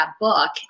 book